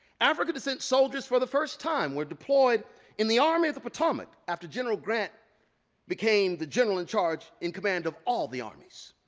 african descent soldiers for the first time were deployed in the army of the potomac after general grant became the general in charge in command of all the armies.